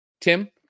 tim